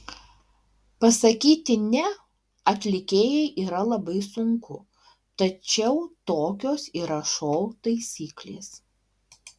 pasakyti ne atlikėjai yra labai sunku tačiau tokios yra šou taisyklės